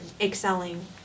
excelling